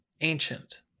ancient